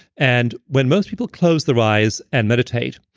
and when most people close their eyes and meditate,